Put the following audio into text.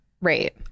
Right